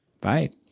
Bye